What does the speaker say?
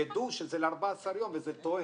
יידעו שזה ל-14 יום וזה תואם,